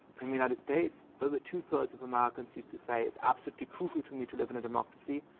in the united states, over two thirds of americans used to say it's absolutely crucial to me to live in a democracy,